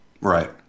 Right